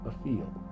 afield